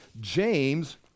James